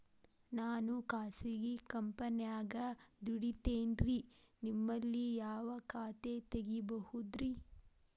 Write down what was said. ನಾನು ಖಾಸಗಿ ಕಂಪನ್ಯಾಗ ದುಡಿತೇನ್ರಿ, ನಿಮ್ಮಲ್ಲಿ ಯಾವ ಖಾತೆ ತೆಗಿಬಹುದ್ರಿ?